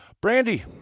Brandy